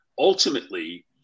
Ultimately